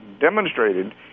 demonstrated